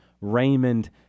Raymond